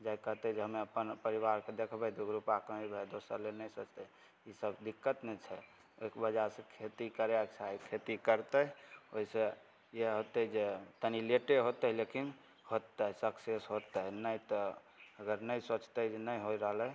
जाकऽ कहतइ जे हमे अपन परिवारके देखबय दू गो रूपा कमेबइ दोसर लेल नहि सोचतइ ई सब दिक्कत ने छै ओइके वजहसँ खेती करयके चाही खेती करतै ओइसँ इएह होतय जे तनी लेटे होतय लेकिन होतय सक्सेस होतय नहि तऽ अगर नहि सोचतै जे नहि होइ रहलइ